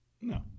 No